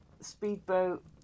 Speedboat